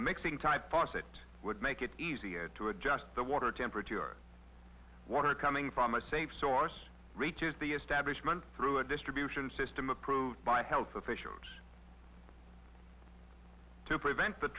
mixing type that would make it easier to adjust the water temperature water coming from a safe source reaches the establishment through a distribution system approved by health officials to prevent the